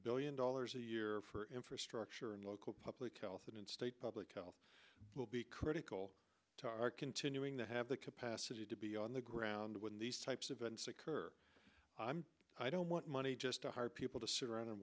billion dollars a year for infrastructure and local public health and state public health will be critical to our continuing to have the capacity to be on the ground when these types of events occur i'm i don't want money just to hire people to sit around and